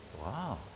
Wow